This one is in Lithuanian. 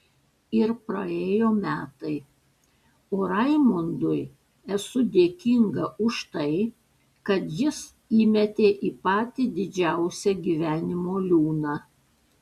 ir praėjo metai o raimundui esu dėkinga už tai kad jis įmetė į patį didžiausią gyvenimo liūną